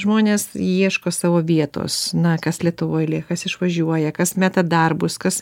žmonės ieško savo vietos na kas lietuvoj lie kas išvažiuoja kas meta darbus kas